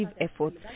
efforts